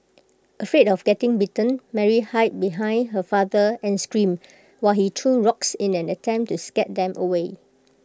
afraid of getting bitten Mary hid behind her father and screamed while he threw rocks in an attempt to scare them away